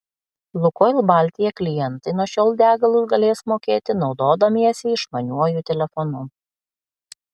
lukoil baltija klientai nuo šiol degalus galės mokėti naudodamiesi išmaniuoju telefonu